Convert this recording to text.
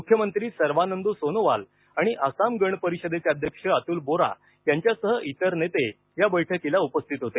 मुख्यमंत्री सर्वानंद सोनोवाल आणि आसाम गण परिषदचे अध्यक्ष अतुल बोरा यांच्यासह इतर नेते या बैठकीला उपस्थित होते